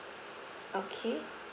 okay